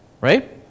right